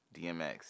DMX